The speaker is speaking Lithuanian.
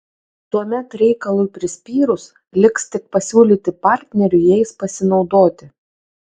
tuomet reikalui prispyrus liks tik pasiūlyti partneriui jais pasinaudoti